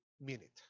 minute